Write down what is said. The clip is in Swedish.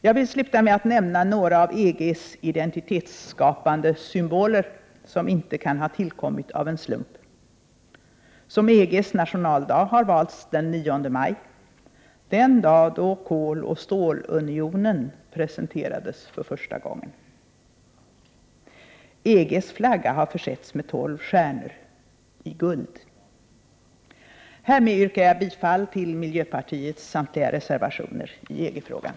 Jag vill sluta med att nämna några av EG:s identitetsskapande symboler, som inte gärna kan ha tillkommit av en slump: Som EG:s nationaldag har valts den 9 maj, den dag då koloch stålunionen presenterades för första gången. EG:s flagga har försetts med tolv stjärnor — i guld. Härmed yrkar jag bifall till miljöpartiets reservationer i EG-frågan.